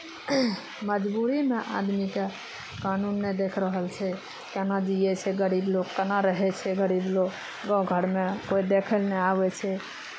मजबूरीमे आदमीकेँ कानून नहि देख रहल छै केना जियै छै गरीब लोक केना रहै छै गरीब लोक गाँव घरमे कोइ देखय लेल नहि आबै छै